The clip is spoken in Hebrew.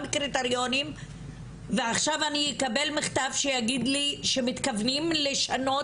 קריטריונים ועכשיו אני יקבל מכתב שיגיד לי שמתכוונים לשנות